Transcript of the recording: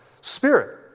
spirit